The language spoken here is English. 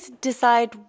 decide